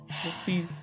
please